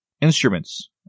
instruments